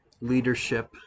leadership